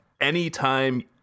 anytime